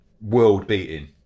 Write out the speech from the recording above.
world-beating